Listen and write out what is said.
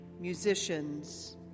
musicians